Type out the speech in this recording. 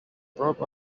broke